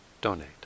donate